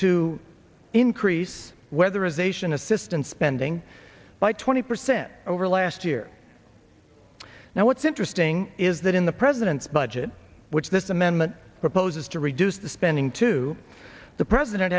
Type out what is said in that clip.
to increase whether as a sion assistance spending by twenty percent over last year now what's interesting is that in the president's budget which this amendment proposes to reduce the spending to the president